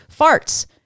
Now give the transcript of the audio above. farts